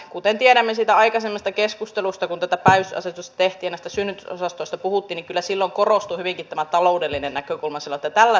kuten tiedämme siitä aikaisemmasta keskustelusta kun tätä päivystysasetusta tehtiin ja näistä synnytysosastoista puhuttiin niin kyllä silloin korostui hyvinkin tämä taloudellinen näkökulma sanottiin että tällä säästetään